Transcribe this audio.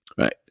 right